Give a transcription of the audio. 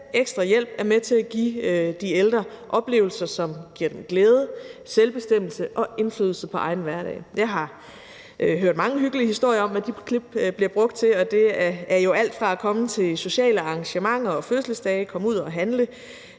ekstra hjælp er med til at give de ældre oplevelser, som giver dem glæde, selvbestemmelse og indflydelse på egen hverdag. Jeg har hørt mange hyggelige historier om, hvad de klip bliver brugt til, og det er jo alt fra at komme til sociale arrangementer og fødselsdage, komme ud at handle,